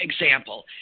example